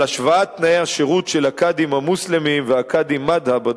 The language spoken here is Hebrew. על השוואת תנאי השירות של הקאדים המוסלמים והקאדים מד'הב,